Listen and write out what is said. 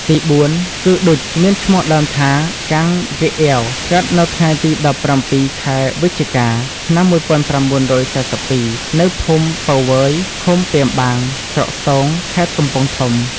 ទីបួនគឺ ឌុច មានឈ្មោះដើមថា កាំង ហ្កេកអ៊ាវ កើតនៅថ្ងៃទី១៧ ខែវិច្ឆិកា ឆ្នាំ១៩៤២ នៅភូមិពៅវើយ ឃុំពាមបាង ស្រុកស្ទោង ខេត្តកំពង់ធំ។